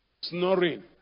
snoring